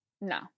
No